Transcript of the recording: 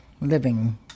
living